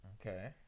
Okay